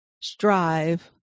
strive